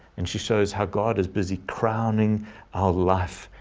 and she shows how god is busy crowning our life,